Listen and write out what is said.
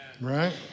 Right